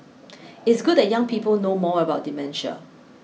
it's good that young people know more about dementia